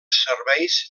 serveis